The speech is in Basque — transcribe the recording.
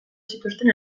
zituzten